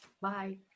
Bye